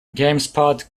gamespot